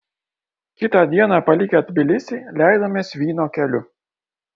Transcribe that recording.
kitą dieną palikę tbilisį leidomės vyno keliu